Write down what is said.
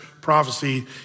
prophecy